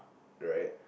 right